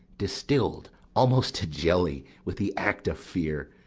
distill'd almost to jelly with the act of fear,